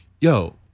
Yo